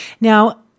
Now